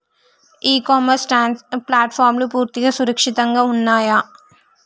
ఇ commerce ప్లాట్ఫారమ్లు పూర్తిగా సురక్షితంగా ఉన్నయా?